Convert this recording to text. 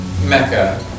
Mecca